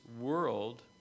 world